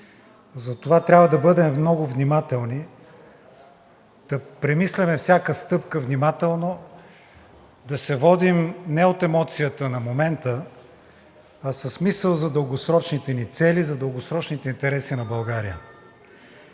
Затова трябва да бъдем много внимателни, да премисляме всяка стъпка внимателно, да се водим не от емоцията на момента, а с мисъл за дългосрочните ни цели, за дългосрочните интереси на България.